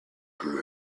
grew